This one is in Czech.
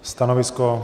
Stanovisko?